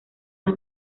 las